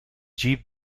jeep